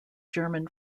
german